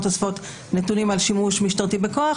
אוספות נתונים על שימוש משטרתי בכוח,